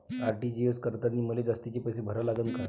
RTGS करतांनी मले जास्तीचे पैसे भरा लागन का?